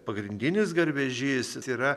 pagrindinis garvežys yra